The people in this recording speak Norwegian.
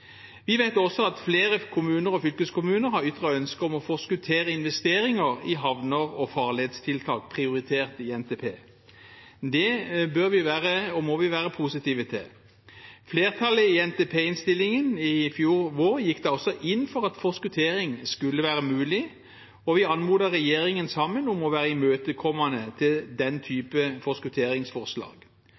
Vi vet også at flere kommuner og fylkeskommuner har ytret ønske om å forskuttere investeringer i havner og farledstiltak prioritert i NTP. Det bør og må vi være positive til. Flertallet i NTP-innstillingen i fjor vår gikk da også inn for at forskuttering skulle være mulig, og vi anmodet regjeringen sammen om å være imøtekommende overfor den type forskutteringsforslag.